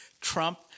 Trump